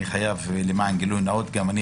אני חייב לומר למען גילוי נאות שגם אני